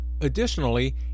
Additionally